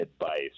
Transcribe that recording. advice